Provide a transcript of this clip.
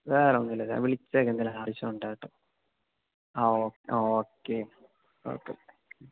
വേറെയൊന്നുമില്ല ഞാന് വിളിച്ചേക്കാം എന്തെങ്കിലും ആവശ്യമുണ്ടെങ്കില് കേട്ടോ ആ ഓ ഓക്കേ ഓക്കേ